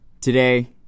Today